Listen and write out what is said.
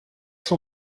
son